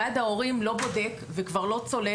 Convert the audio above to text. ועד ההורים לא בודק, וכבר לא צולל.